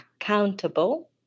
accountable